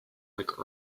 like